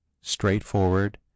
straightforward